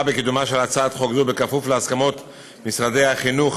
בקידומה של הצעת חוק זו בכפוף להסכמות משרדי החינוך,